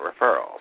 referrals